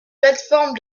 plateformes